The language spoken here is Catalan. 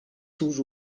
seus